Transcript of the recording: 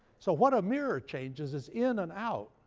so what a mirror changes is in and out,